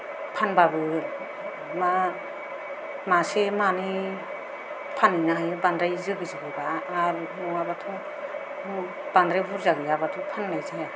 फानबाबो मा मासे मानै फानहैनो हायो बांद्राय जोगो जोगोबा आरो नङाबाथ' बांद्राय बुरजा गैयाबाथ' फान्नाय जाया